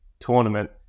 tournament